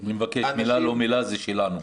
-- אני מבקש, מילה זה לא מילה זה שלנו.